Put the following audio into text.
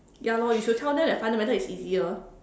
ya lor you should tell them that fundamental is easier